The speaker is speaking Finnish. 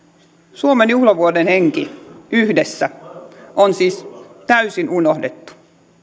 suomen juhlavuoden henki yhdessä on siis täysin unohdettu